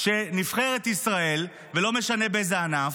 שנבחרת ישראל, ולא משנה באיזה ענף,